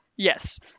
Yes